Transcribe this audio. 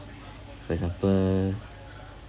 for example